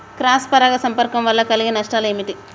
Cross పరాగ సంపర్కం వల్ల కలిగే నష్టాలు ఏమిటి?